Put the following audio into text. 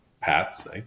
paths